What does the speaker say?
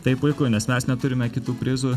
tai puiku nes mes neturime kitų prizų